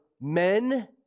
men